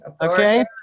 Okay